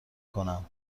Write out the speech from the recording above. کنم